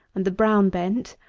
and the brown-bent,